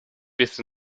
biss